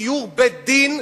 גיור בית-דין,